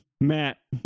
Matt